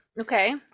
Okay